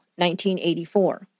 1984